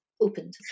opened